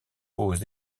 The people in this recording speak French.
pose